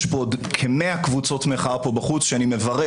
יש פה עוד כ-100 קבוצות מחאה פה בחוץ שאני מברך